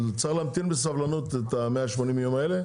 אבל צריך להמתין בסבלנות את ה-180 ימים האלה.